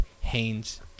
Haynes